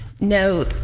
No